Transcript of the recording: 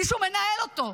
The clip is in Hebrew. מישהו מנהל אותו.